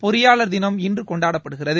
பொறியாளர் தினம் இன்று கொண்டாடப்படுகிறது